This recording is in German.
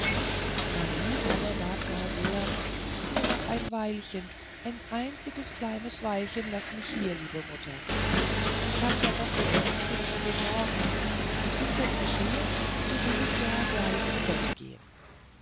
marie aber bat gar sehr nur noch ein weilchen ein einziges kleines weilchen laß mich hier liebe mutter hab ich ja doch noch manches zu besorgen und ist das geschehen so will ich ja gleich zu bette gehen